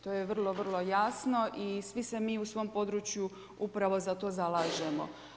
To je vrlo vrlo jasno i svi se mi u tom području upravo za to zalažemo.